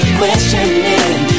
questioning